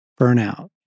burnout